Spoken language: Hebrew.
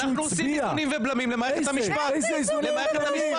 אנחנו עושים איזונים ובלמים למעט בית המשפט,